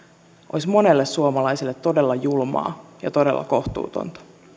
olisi monelle suomalaiselle todella julmaa ja todella kohtuutonta